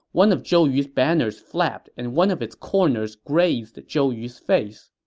one of zhou yu's banners flapped and one of its corners grazed zhou yu's face.